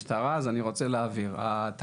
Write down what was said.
אז אני רוצה להבהיר, אני לא ניגש למשטרה.